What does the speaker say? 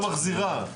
קריאה 2: